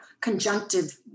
conjunctive